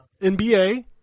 NBA